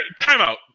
timeout